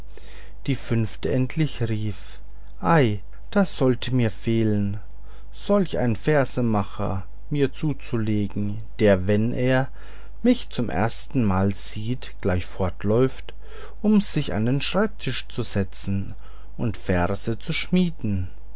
die fünfte endlich rief ei das sollte mir fehlen solch einen versemacher mir zuzulegen der wenn er mich zum erstenmal sieht gleich fortläuft um sich an den schreibtisch zu setzen und verse zu schmieden